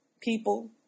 people